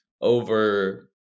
over